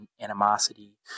animosity